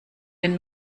den